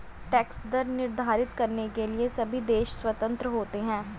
tax दर निर्धारित करने के लिए सभी देश स्वतंत्र होते है